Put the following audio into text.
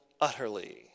utterly